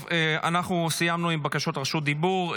אנחנו סיימנו עם בקשות רשות דיבור.